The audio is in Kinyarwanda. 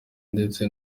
ndetse